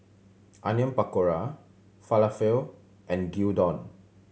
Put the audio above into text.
Onion Pakora Falafel and Gyudon